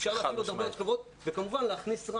אפשר להפעיל עוד הרבה שכבות וכמובן להכניס,